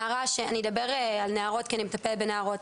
אני אדבר על נערות כי אני מטפלת בנערות,